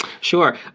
sure